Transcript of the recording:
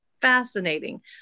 fascinating